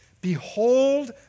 Behold